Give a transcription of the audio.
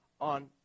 on